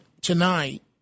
tonight